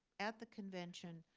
at the convention,